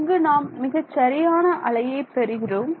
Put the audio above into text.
இங்கு நாம் மிகச்சரியான அலையை பெறுகிறோம்